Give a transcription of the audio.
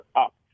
up